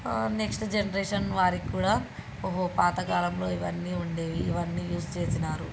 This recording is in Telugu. నెక్స్ట్ జనరేషన్ వారికి కూడా ఓహో పాత కాలంలో ఇవన్నీ ఉండేవి ఇవన్నీ యూజ్ చేసినారు